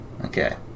Okay